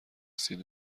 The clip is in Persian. رسید